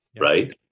right